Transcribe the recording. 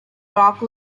rock